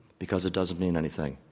because it doesn't mean anything.